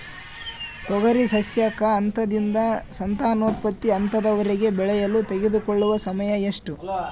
ತೊಗರಿ ಸಸ್ಯಕ ಹಂತದಿಂದ ಸಂತಾನೋತ್ಪತ್ತಿ ಹಂತದವರೆಗೆ ಬೆಳೆಯಲು ತೆಗೆದುಕೊಳ್ಳುವ ಸಮಯ ಎಷ್ಟು?